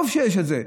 טוב שיש את זה.